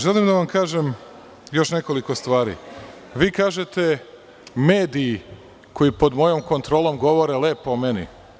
Želim da vam kažem još nekoliko stvari, vi kažete – mediji koji pod mojom kontrolom govore lepo o meni.